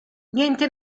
niente